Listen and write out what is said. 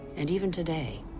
and even today,